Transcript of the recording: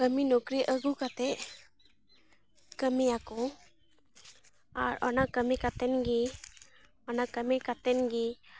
ᱠᱟᱹᱢᱤ ᱱᱩᱠᱨᱤ ᱟᱹᱜᱩ ᱠᱟᱛᱮ ᱠᱟᱹᱢᱤᱭᱟ ᱠᱚ ᱟᱨ ᱚᱱᱟ ᱠᱟᱹᱢᱤ ᱠᱟᱛᱮ ᱜᱮ ᱚᱱᱟ ᱠᱟᱹᱢᱤ ᱠᱟᱛᱮ ᱜᱮ